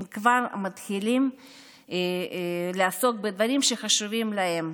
כבר מתחילים לעסוק בדברים שחשובים להם: